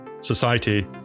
society